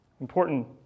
Important